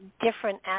different